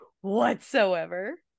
whatsoever